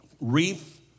wreath